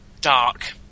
dark